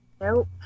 Nope